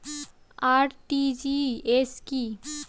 RTGS কি?